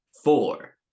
Four